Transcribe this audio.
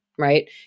right